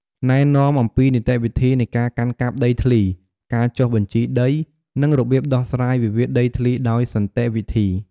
ណែនាំអំពីនីតិវិធីនៃការកាន់កាប់ដីធ្លី ការចុះបញ្ជីដី និងរបៀបដោះស្រាយវិវាទដីធ្លីដោយសន្តិវិធី។